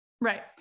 Right